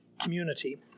community